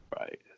Right